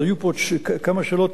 היו פה עוד כמה שאלות.